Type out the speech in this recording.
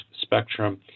spectrum